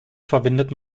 verwendet